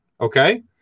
okay